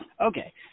Okay